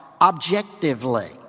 objectively